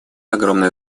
огромное